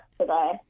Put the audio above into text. today